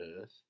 earth